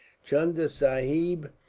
chunda sahib,